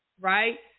right